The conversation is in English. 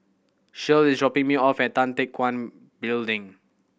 Shirl is dropping me off at Tan Teck Guan Building